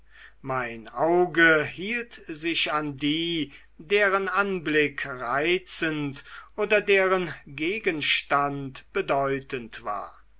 mein auge hielt sich an die deren anblick reizend oder deren gegenstand bedeutend war